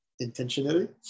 intentionally